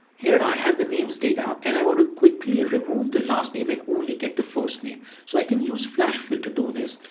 here i have the names data and i want to quickly remove the last name and only get the first name. so i can use flash fill to do this.